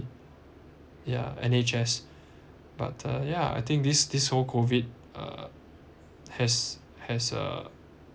ya N_H_S but uh yeah I think this this whole COVID uh has has a